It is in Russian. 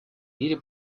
мире